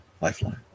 Lifeline